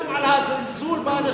אני מדבר על הזלזול באנשים.